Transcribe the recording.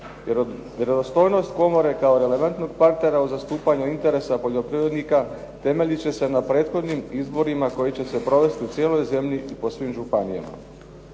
vjerodostojnost komore kao relevantnog partnera u zastupanju interesa poljoprivrednika temeljit će se na prethodnim izborima koji će se provesti u cijeloj zemlji i po svim županijama.